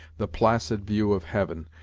the placid view of heaven,